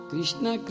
Krishna